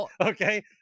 Okay